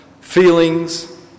feelings